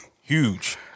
Huge